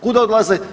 Kud odlaze?